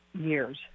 years